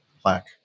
plaque